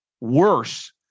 worse